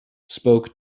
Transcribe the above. spoke